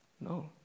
No